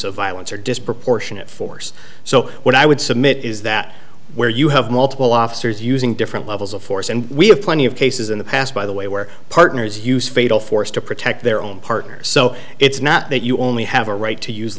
of violence or disproportionate force so what i would submit is that where you have multiple officers using different levels of force and we have plenty of cases in the past by the way where partners use fatal force to protect their own partners so it's not that you only have a right to use